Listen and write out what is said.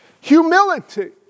Humility